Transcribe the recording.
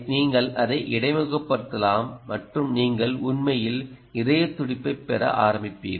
நீங்கள் அதை இடைமுகப்படுத்தலாம் மற்றும் நீங்கள் உண்மையில் இதய துடிப்பை பெற ஆரம்பிப்பீர்கள்